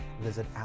visit